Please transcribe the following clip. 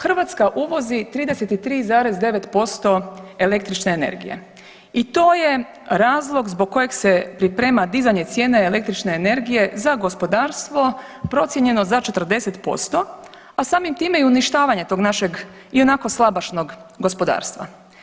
Hrvatska uvozi 33,9% električne energije i to je razlog zbog kojeg se priprema dizanje cijene električne energije za gospodarstvo, procijenjeno za 40%, a samim time i uništavanje tog našeg ionako slabašnog gospodarstva.